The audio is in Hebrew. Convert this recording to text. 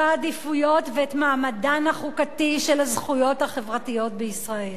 העדיפויות ואת מעמדן החברתי של הזכויות החברתיות בישראל.